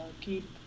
Keep